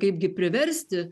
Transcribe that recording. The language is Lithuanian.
kaipgi priversti